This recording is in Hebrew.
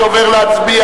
אני עובר להצביע,